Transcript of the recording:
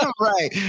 Right